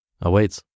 awaits